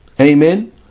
Amen